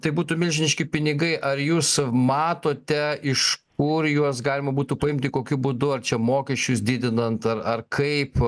tai būtų milžiniški pinigai ar jūs matote iš kur juos galima būtų paimti kokiu būdu ar čia mokesčius didinant ar ar kaip